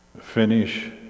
finish